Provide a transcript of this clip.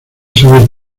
saber